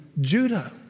Judah